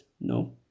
no